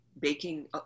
baking